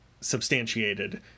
substantiated